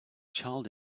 child